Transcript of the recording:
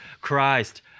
Christ